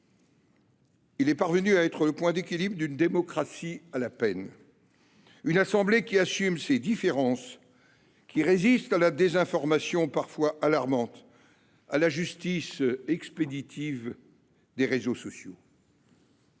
Il est devenu le point d’équilibre d’une démocratie à la peine. Il est une assemblée qui assume ses différences et qui résiste à la désinformation, parfois alarmante, ainsi qu’à la « justice » expéditive des réseaux sociaux.